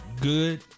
good